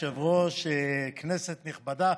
אדוני היושב-ראש, כנסת נכבדה,